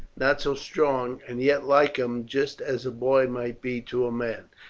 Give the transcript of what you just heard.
not so strong and yet like him, just as a boy might be to a man.